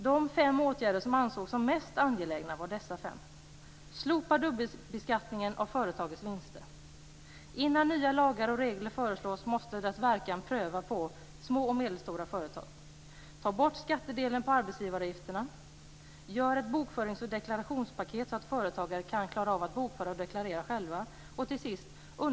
De fem åtgärder som ansågs mest angelägna var dessa: Innan nya lagar och regler föreslås måste deras verkan prövas på små och medelstora företag. Gör ett bokförings och deklarationspaket så att företagare kan klara av att bokföra och deklarera själva.